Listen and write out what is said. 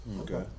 Okay